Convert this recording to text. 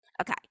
Okay